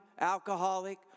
alcoholic